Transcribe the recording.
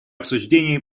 обсуждений